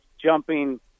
jumping